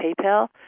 PayPal